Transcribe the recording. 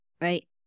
Right